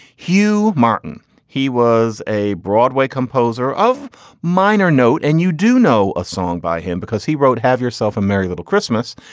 hugh martin, he was a broadway composer of minor note. and you do know a song by him because he wrote have yourself a merry little christmas,